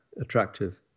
attractive